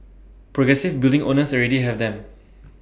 progressive building owners already have them